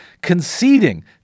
conceding